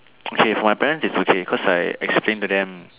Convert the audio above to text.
okay for my parents is okay cause I explain to them